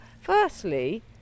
firstly